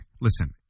listen